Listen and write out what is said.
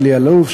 אלי אלאלוף,